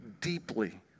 deeply